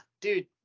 dude